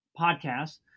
podcasts